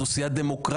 זו סיעה דמוקרטית.